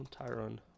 Tyron